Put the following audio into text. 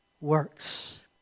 works